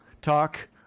talk